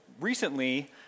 recently